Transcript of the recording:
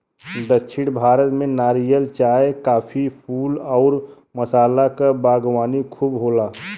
दक्षिण भारत में नारियल, चाय, काफी, फूल आउर मसाला क बागवानी खूब होला